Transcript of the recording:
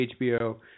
HBO